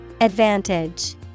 Advantage